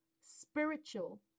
spiritual